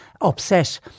upset